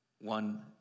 one